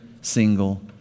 single